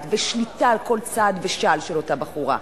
ולשליטה על כל צעד ושעל של אותה בחורה.